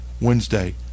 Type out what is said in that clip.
Wednesday